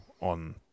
on